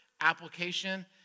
application